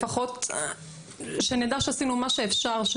לפחות שנדע שעשינו מה שאפשר.